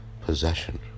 possession